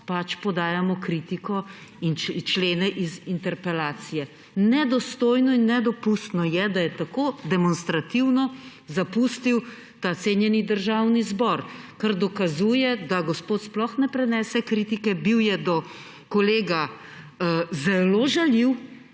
podajamo kritiko in člene iz interpelacije. Nedostojno in nedopustno je, da je tako demonstrativno zapustil ta cenjeni državni zbor, kar dokazuje, da gospod sploh ne prenese kritike. Bil je do kolega zelo žaljiv,